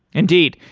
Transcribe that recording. indeed.